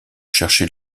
chercher